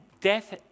death